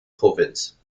provinz